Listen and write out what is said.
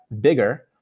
bigger